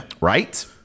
Right